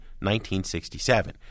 1967